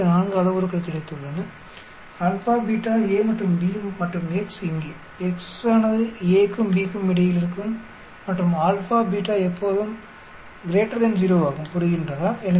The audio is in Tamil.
இதற்கு 4 அளவுருக்கள் கிடைத்துள்ளன α β A மற்றும் B மற்றும் x இங்கே x ஆனது Aக்கும் Bக்கும் இடையில் இருக்கும் மற்றும் α β எப்போதும் 0 ஆகும் புரிகின்றதா